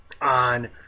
on